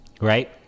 right